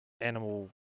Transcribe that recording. animal